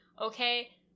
okay